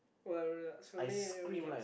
well relax for me it was